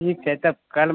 ठीक छै तब काल्हि